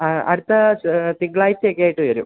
ആ അടുത്ത തിങ്കളായ്ചയൊക്കെയായിട്ട് വരും